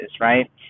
right